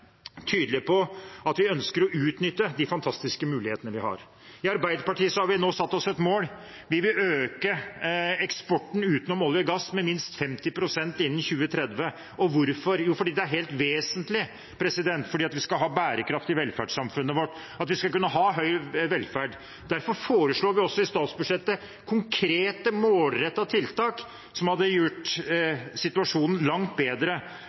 på at vi ønsker å utnytte de fantastiske mulighetene vi har. I Arbeiderpartiet har vi nå satt oss et mål: Vi vil øke eksporten utenom olje og gass med minst 50 pst. innen 2030. Hvorfor? Jo, fordi det er helt vesentlig for at vi skal ha bærekraft i velferdssamfunnet vårt, for at vi skal kunne ha høy velferd. Derfor foreslår vi også i statsbudsjettet konkrete, målrettede tiltak som hadde gjort situasjonen langt bedre